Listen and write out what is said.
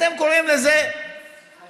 אתם קוראים לזה החרגה.